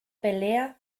pelea